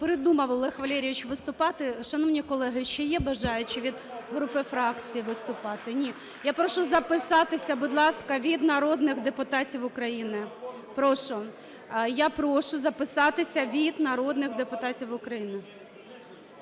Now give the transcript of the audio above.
Передумав Олег Валерійович виступати. Шановні колеги, ще є бажаючі від груп і фракцій виступати? Ні. Я прошу записатися, будь ласка, від народних депутатів України. Прошу. Я прошу записатися від народних депутатів України.